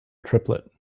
triplet